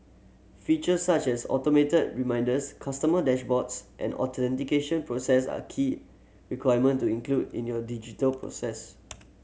features such as automated reminders customer dashboards and authentication processes are key requirement to include in your digital process